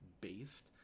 based